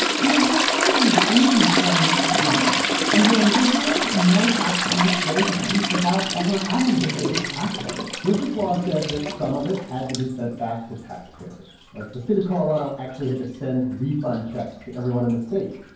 i mean, the economy boomed during the clinton years. and during good years, more tax money flows in without ever having to raise taxes bruce's law said that some of it had to be sent back to taxpayers. like, the state of colorado actually had to send refund checks to everyone in the state.